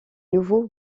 nouveau